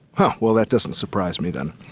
huh! well, that doesn't surprise me then.